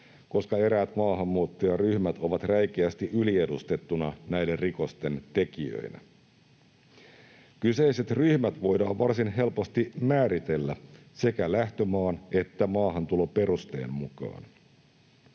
koska eräät maahanmuuttajaryhmät ovat räikeästi yliedustettuna näiden rikosten tekijöinä. Kyseiset ryhmät voidaan varsin helposti määritellä sekä lähtömaan että maahantuloperusteen mukaan.